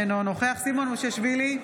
אינו נוכח סימון מושיאשוילי,